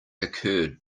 occurred